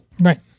Right